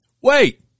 wait